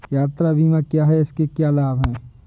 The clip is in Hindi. यात्रा बीमा क्या है इसके क्या लाभ हैं?